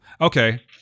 Okay